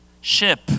ship